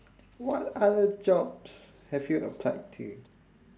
what other jobs have you applied to